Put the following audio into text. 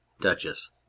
Duchess